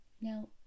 Now